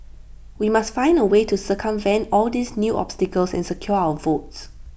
we must find A way to circumvent all these new obstacles and secure our votes